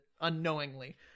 unknowingly